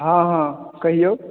हॅं हॅं कहियौ